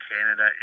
Canada